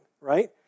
right